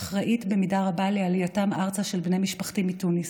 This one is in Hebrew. אחראית במידה רבה לעלייתם ארצה של בני משפחתי מתוניס,